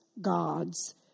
God's